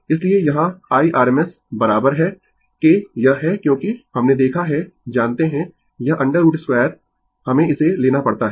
इसलिए यहां IRMS बराबर है के यह है क्योंकि हमने देखा है जानते है यह अंडर रूट 2 हमें इसे लेना पड़ता है